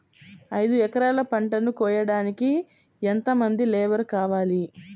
ఐదు ఎకరాల పంటను కోయడానికి యెంత మంది లేబరు కావాలి?